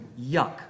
yuck